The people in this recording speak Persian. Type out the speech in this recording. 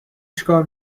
چیکار